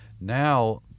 Now